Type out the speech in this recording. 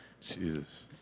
Jesus